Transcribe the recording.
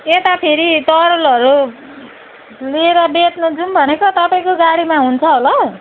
त्यता फेरि तरुलहरू लिएर बेच्नु जाऊँ भनेको तपाईँको गाडीमा हुन्छ होला